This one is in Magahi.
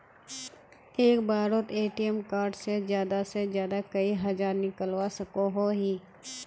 एक बारोत ए.टी.एम कार्ड से ज्यादा से ज्यादा कई हजार निकलवा सकोहो ही?